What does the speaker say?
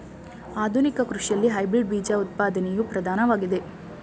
ಆಧುನಿಕ ಕೃಷಿಯಲ್ಲಿ ಹೈಬ್ರಿಡ್ ಬೀಜ ಉತ್ಪಾದನೆಯು ಪ್ರಧಾನವಾಗಿದೆ